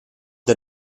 the